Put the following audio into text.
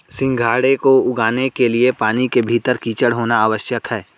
सिंघाड़े को उगाने के लिए पानी के भीतर कीचड़ होना आवश्यक है